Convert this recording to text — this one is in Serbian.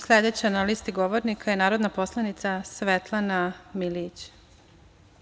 Sledeća na slisti govornika je narodna poslanica Svetlana Milijić.